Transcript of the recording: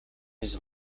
his